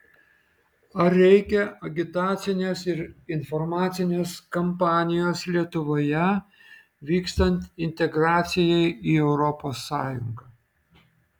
ar reikia agitacinės ir informacinės kampanijos lietuvoje vykstant integracijai į europos sąjungą